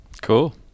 cool